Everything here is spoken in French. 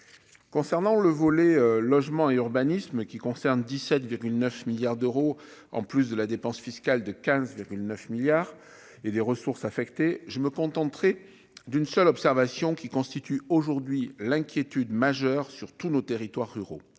concernant le volet logement et urbanisme qui concerne 17 9 milliards d'euros en plus de la dépense fiscale de 15 9 milliards et des ressources affectées je me contenterai d'une seule observation qui constitue aujourd'hui l'inquiétude majeure sur tous nos territoires ruraux,